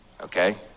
Okay